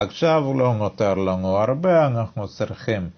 עכשיו לא נותר לנו הרבה אנחנו צריכים